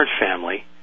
family